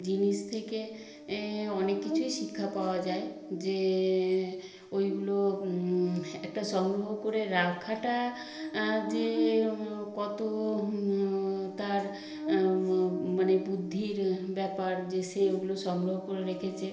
জিনিস থেকে অনেক কিছুই শিক্ষা পাওয়া যায় যে ওইগুলো একটা সংগ্রহ করে রাখাটা যে কতো তার মানে বুদ্ধির ব্যাপার যে সে ওগুলো সংগ্রহ করে রেখেছে